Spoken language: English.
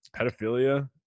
pedophilia